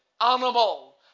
animal